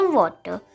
water